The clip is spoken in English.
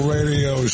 Radio